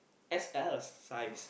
x_l size